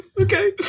Okay